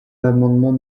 l’amendement